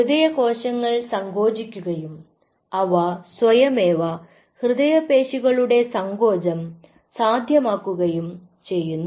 ഹൃദയകോശങ്ങൾ സങ്കോചിക്കുകയും അവ സ്വയമേവ ഹൃദയ പേശികളുടെ സങ്കോചം സാധ്യമാക്കുകയും ചെയ്യുന്നു